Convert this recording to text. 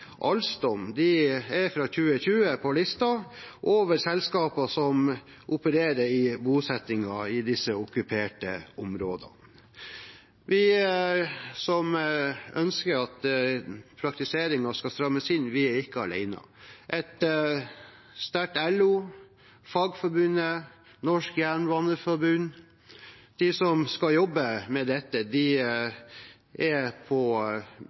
Alstom, er fra 2020 på listen over selskaper som opererer i bosettinger i disse okkuperte områdene. Vi som ønsker at praktiseringen skal strammes inn, er ikke alene. Et sterkt LO, Fagforbundet, Norsk Jernbaneforbund, de som skal jobbe med dette, er på